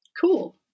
Cool